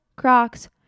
crocs